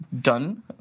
done